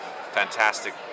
Fantastic